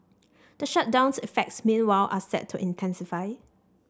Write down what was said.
the shutdown's effects meanwhile are set to intensify